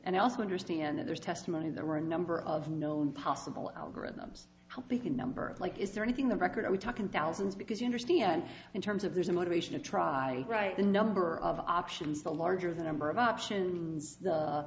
and i also understand that there's testimony there were a number of known possible algorithms how big a number like is there anything the record are we talking thousands because you understand in terms of there's a motivation to try right the number of options the larger the number of options